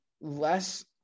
less